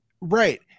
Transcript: right